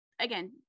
Again